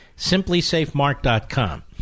SimplySafeMark.com